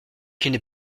qu’ils